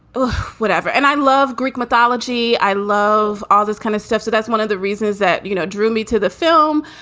oh, whatever. and i love greek mythology. i love all this kind of stuff. so that's one of the reasons that, you know, drew me to the film.